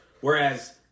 Whereas